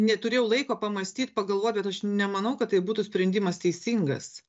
neturėjau laiko pamąstyt pagalvot bet aš nemanau kad tai būtų sprendimas teisingas